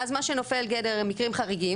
ואז מה שנופל בגדר מקרים חריגים,